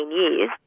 years